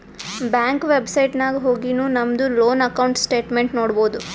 bank website ನಾಗ್ ಹೊಗಿನು ನಮ್ದು ಲೋನ್ ಅಕೌಂಟ್ ಸ್ಟೇಟ್ಮೆಂಟ್ ನೋಡ್ಬೋದು